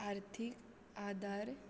आर्थीक आदार